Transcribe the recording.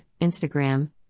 Instagram